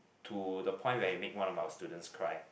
to the point where he make one of our students cry